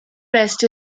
rest